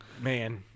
man